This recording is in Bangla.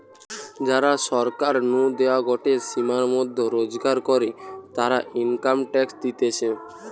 যারা সরকার নু দেওয়া গটে সীমার মধ্যে রোজগার করে, তারা ইনকাম ট্যাক্স দিতেছে